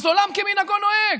אז עולם כמנהגו נוהג.